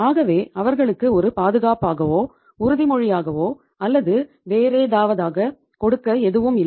ஆகவே அவர்களுக்கு ஒரு பாதுகாப்பாகவோ உறுதிமொழியாகவோ அல்லது வேறேதாவதோ கொடுக்க எதுவும் இல்லை